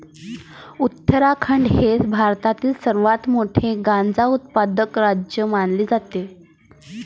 उत्तराखंड हे भारतातील सर्वात मोठे गांजा उत्पादक राज्य मानले जाते